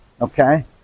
okay